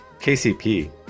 KCP